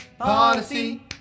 policy